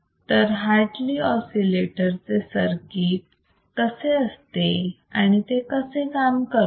तर Hartley oscillator चे circuit कसे असते आणि ते कसे काम करते